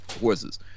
horses